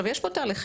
יש פה תהליכים.